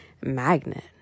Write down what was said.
Magnet